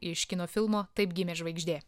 iš kino filmo taip gimė žvaigždė